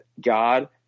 God